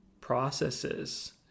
processes